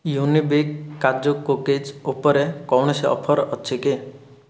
Unibic କାଜୁ cookies ଉପରେ କୌଣସି ଅଫର୍ ଅଛି କି